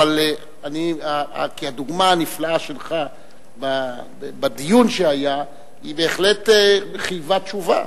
כי הדוגמה הנפלאה שלך בדיון שהיה בהחלט חייבה תשובה.